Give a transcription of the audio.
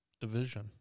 division